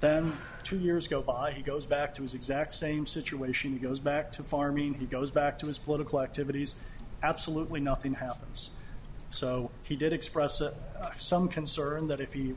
then two years go by he goes back to his exact same situation goes back to farming he goes back to his political activities absolutely nothing happens so he did express some concern that if